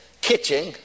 kitchen